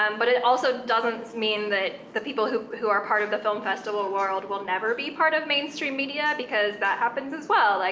um but it also doesn't mean that the people who who are part of the film festival world will never be part of mainstream media, because that happens as well. like,